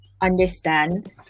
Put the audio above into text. understand